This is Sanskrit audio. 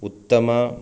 उत्तमं